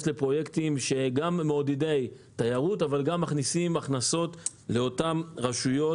לפרויקטים שהם גם מעודדי תיירות אבל גם מכניסים הכנסות לאותן רשויות.